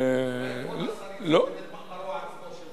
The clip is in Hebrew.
אולי כבוד השר יצטט את מאמרו עצמו,